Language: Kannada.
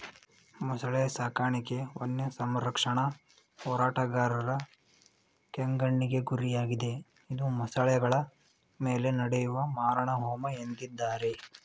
ಮೊಸಳೆ ಸಾಕಾಣಿಕೆ ವನ್ಯಸಂರಕ್ಷಣಾ ಹೋರಾಟಗಾರರ ಕೆಂಗಣ್ಣಿಗೆ ಗುರಿಯಾಗಿದೆ ಇದು ಮೊಸಳೆಗಳ ಮೇಲೆ ನಡೆಯುವ ಮಾರಣಹೋಮ ಎಂದಿದ್ದಾರೆ